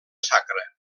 sacra